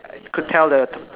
could tell the